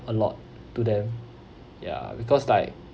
a lot to them ya because like